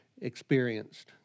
experienced